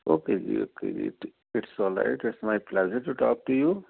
okay ਜੀ okay ਜੀ okay it's all right it's my pleasure to talk to you